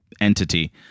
entity